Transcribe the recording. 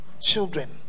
children